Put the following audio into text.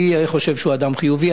אני חושב שהוא אדם חיובי.